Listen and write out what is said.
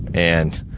and,